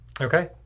Okay